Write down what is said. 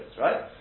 right